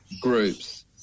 groups